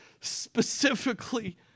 specifically